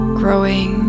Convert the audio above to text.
growing